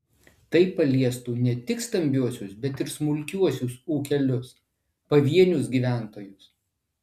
tai paliestų ne tik stambiuosius bet ir smulkiuosius ūkelius pavienius gyventojus